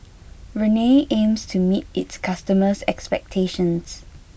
Rene aims to meet its customers' expectations